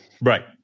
Right